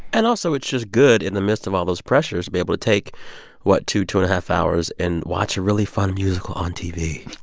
and also it's just good, in the midst of all those pressures, to be able to take what, two, two and half hours, and watch a really fun musical on tv.